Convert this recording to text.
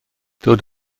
dod